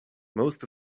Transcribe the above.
most